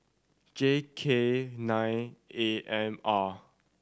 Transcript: J K nine A M R